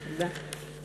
תודה.